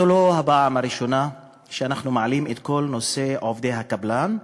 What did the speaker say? זו לא הפעם הראשונה שאנחנו מעלים את כל נושא עובדי הקבלן,